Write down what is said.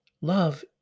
Love